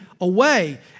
away